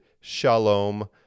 shalom